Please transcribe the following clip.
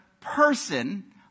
person